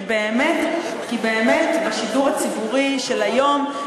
כי באמת בשידור הציבורי של היום,